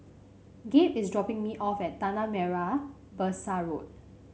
Gabe is dropping me off at Tanah Merah Besar Road